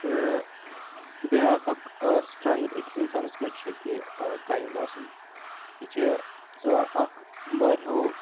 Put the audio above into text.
تہٕ بیاکھ اَکھ سٕٹرنٛٛگٕتھ أکِس اِنسانَس منٛز چھِ کہِ کایِنٛڈ آسُن یہِ چھِ سۄ اَکھ واریاہو